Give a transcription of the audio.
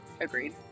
Agreed